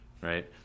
right